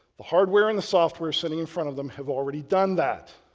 the hardware and the software sitting in front of them have already done that.